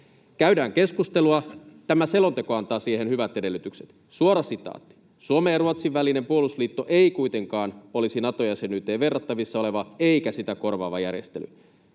Käydään keskustelua. Tämä selonteko antaa siihen hyvät edellytykset. Suora sitaatti: ”Suomen ja Ruotsin välinen puolustusliitto ei kuitenkaan olisi Nato-jäsenyyteen verrattavissa oleva eikä sitä korvaava järjestely.”